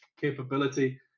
capability